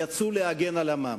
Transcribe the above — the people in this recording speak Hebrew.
יצאו להגן על עמם,